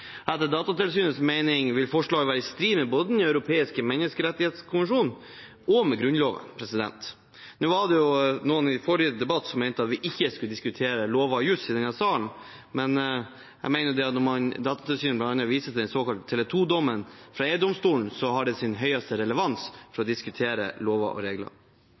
Etter Datatilsynets mening vil forslaget være i strid med både Den europeiske menneskerettskonvensjon og Grunnloven. Det var noen i forrige debatt som mente at vi ikke skulle diskutere lover og jus i denne salen, men jeg mener at når Datatilsynet bl.a. viser til den såkalte Tele2-dommen i EU-domstolen, har det sin største relevans å diskutere lover og regler.